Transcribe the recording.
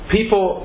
People